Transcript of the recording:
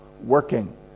working